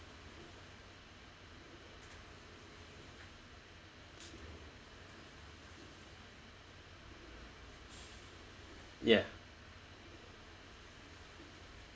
ya